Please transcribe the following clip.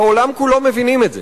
בעולם כולו מבינים את זה.